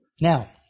Now